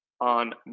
on